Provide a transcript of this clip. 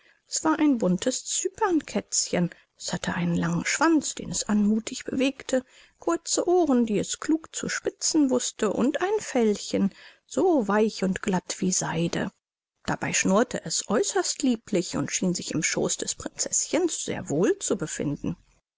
es war ein buntes cypernkätzchen es hatte einen langen schwanz den es anmuthig bewegte kurze ohren die es klug zu spitzen wußte und ein fellchen so weich und glatt wie seide dabei schnurrte es äußerst lieblich und schien sich im schooß des prinzeßchens sehr wohl zu befinden